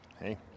hey